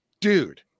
Dude